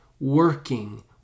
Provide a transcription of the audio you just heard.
working